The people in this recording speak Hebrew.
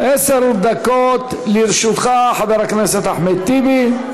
עשר דקות לרשותך, חבר הכנסת אחמד טיבי.